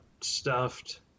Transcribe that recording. stuffed